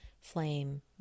flame